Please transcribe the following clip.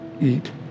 eat